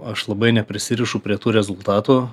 aš labai neprisirišu prie tų rezultatų